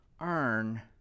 earn